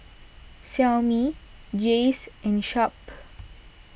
Xiaomi Jays and Sharp